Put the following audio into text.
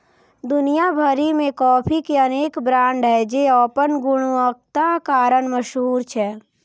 दुनिया भरि मे कॉफी के अनेक ब्रांड छै, जे अपन गुणवत्ताक कारण मशहूर छै